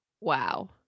wow